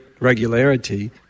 regularity